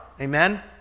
Amen